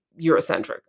Eurocentric